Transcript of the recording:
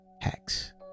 hacks